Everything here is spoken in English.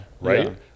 right